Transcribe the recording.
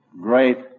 great